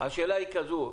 השאלה היא כזאת,